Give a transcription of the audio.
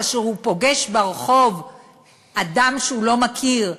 כאשר הוא פוגש ברחוב אדם שהוא לא מכיר,